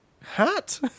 hat